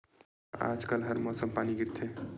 का आज कल हर मौसम पानी गिरथे?